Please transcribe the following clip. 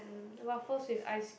um the waffles with ice